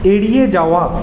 এড়িয়ে যাওয়া